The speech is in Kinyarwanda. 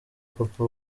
papa